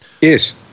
Yes